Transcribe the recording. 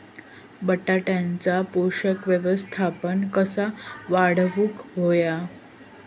बटाट्याचा पोषक व्यवस्थापन कसा वाढवुक होया?